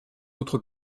autres